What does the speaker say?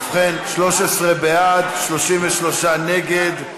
ובכן, 13 בעד, 33 נגד.